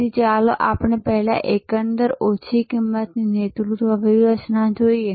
તેથી ચાલો પહેલા એકંદર ઓછી કિંમતની નેતૃત્વ વ્યૂહરચના જોઈએ